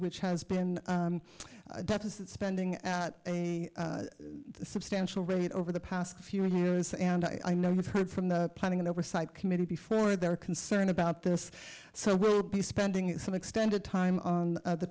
which has been deficit spending substantial rate over the past few repairs and i know we've heard from the planning and oversight committee before they're concerned about this so we'll be spending some extended time on the